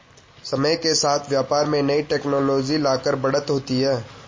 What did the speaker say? समय के साथ व्यापार में नई टेक्नोलॉजी लाकर बढ़त होती है